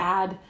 add